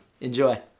Enjoy